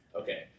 Okay